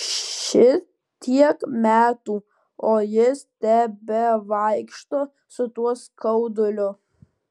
šitiek metų o jis tebevaikšto su tuo skauduliu